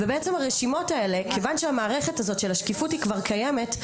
כיוון שהמערכת של השקיפות כבר קיימת,